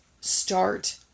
start